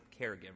caregiver